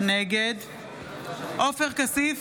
נגד עופר כסיף,